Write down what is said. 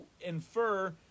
infer